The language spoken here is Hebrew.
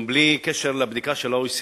גם בלי קשר לבדיקה של ה-OECD,